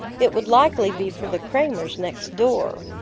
it would likely be for the cramers next door.